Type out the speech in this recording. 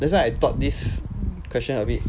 that's why I thought this question a bit